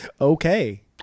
okay